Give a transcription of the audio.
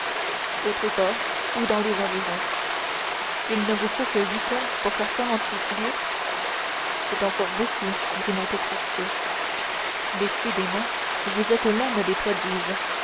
au tréport ou dans les environs il ne vous faut que huit heures pour faire quarante-huit lieues c'est encore beaucoup dit monte cristo décidément vous êtes l'homme des prodiges